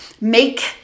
make